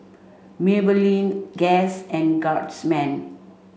Maybelline Guess and Guardsman